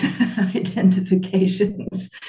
identifications